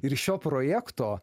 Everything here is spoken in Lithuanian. ir iš šio projekto